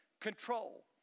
control